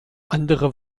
andere